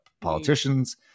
politicians